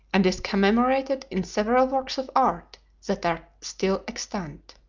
and is commemorated in several works of art that are still extant.